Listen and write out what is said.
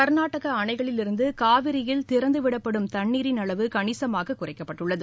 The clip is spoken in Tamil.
கர்நாடக அணைகளிலிருந்து காவிரியில் திறந்துவிடப்படும் தண்ணீரின் அளவு கணிசமாக குறைக்கப்பட்டுள்ளது